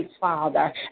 Father